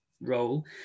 role